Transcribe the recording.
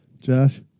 Josh